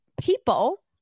people